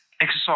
Exercise